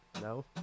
No